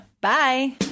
Bye